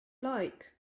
like